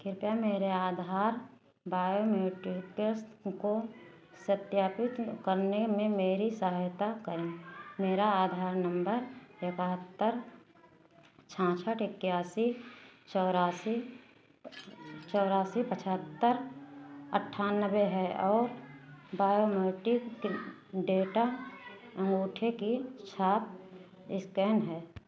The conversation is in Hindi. कृपया मेरे आधार बायोमेट्रिक टेस्त को सत्यापित करने में मेरी सहायता करें मेरा आधार नंबर इकहत्तर छाछठ इक्यासी चौरासी चौरासी चौरासी पचहत्तर अट्ठानबे है और बायोमेट्रिक कि डेटा अंगूठे की छाप इस्कैन है